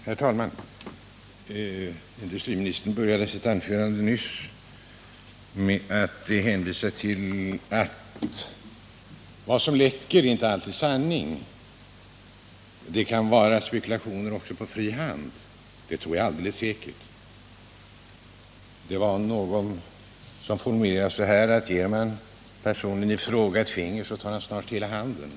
Herr talman! Industriministern började sitt senaste anförande med att hänvisa till att uppgifter som läcker ut inte alltid är sanning. Det kan vara fråga om spekulationer på fri hand, och det tror jag också alldeles säkert. Någon har sagt att om man ger en viss person ett finger, så tar han snart hela handen.